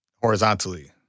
horizontally